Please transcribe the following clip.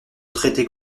traiter